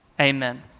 Amen